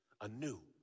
anew